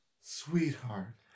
Sweetheart